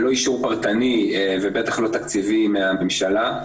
אבל לא אישור פרטני ובטח לא תקציבי מהממשלה,